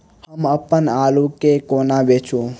हम अप्पन आलु केँ कोना बेचू?